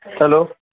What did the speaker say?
hello